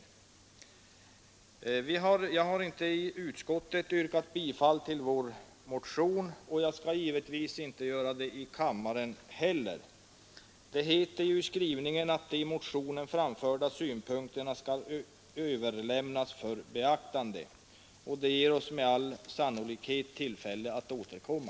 Jag har inte i utskottet yrkat bifall till vår motion, och jag skall givetvis inte göra det i kammaren heller. Det heter ju i skrivningen att de i motionen framförda synpunkterna skall överlämnas för beaktande, och det ger oss med all sannolikhet tillfälle att återkomma.